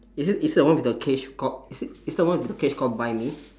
is it it's the one with the cage called is it is it the one with the cage called buy me